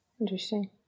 Interesting